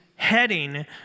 Heading